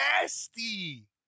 nasty